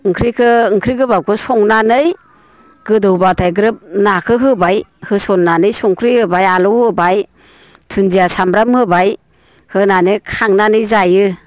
ओंख्रिखौ ओंख्रि गोबाबखौ संनानै गोदौबाथाय ग्रोब नाखौ होबाय होसननानै संख्रि होबाय आलौ होबाय धुन्दिया सामब्राम होबाय होनानै खांनानै जायो